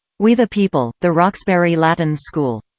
we the people, the roxbury latin school